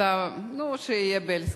אתה, נו, שיהיה בילסקי.